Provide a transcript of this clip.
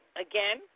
Again